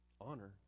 honor